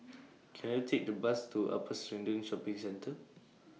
Can I Take The Bus to Upper Serangoon Shopping Centre